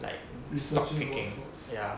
like stock taking ya